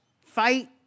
fight